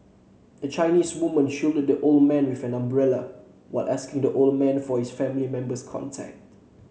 a Chinese woman shielded the old man with an umbrella while asking the old man for his family member's contact